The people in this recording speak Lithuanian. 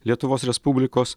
lietuvos respublikos